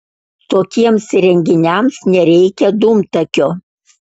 tokiems įrenginiams nereikia dūmtakio